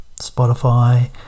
Spotify